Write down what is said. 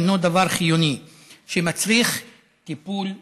הינה דבר חיוני שמצריך טיפול מיידי.